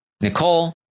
Nicole